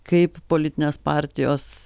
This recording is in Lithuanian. kaip politinės partijos